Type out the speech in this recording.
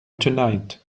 tonight